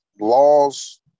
laws